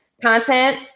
content